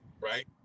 right